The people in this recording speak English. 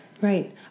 Right